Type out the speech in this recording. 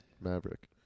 Maverick